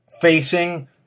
facing